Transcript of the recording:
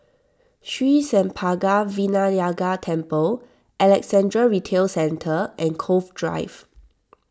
Sri Senpaga Vinayagar Temple Alexandra Retail Centre and Cove Drive